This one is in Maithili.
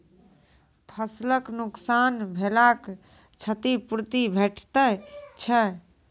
फसलक नुकसान भेलाक क्षतिपूर्ति भेटैत छै?